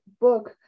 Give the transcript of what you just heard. book